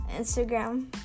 Instagram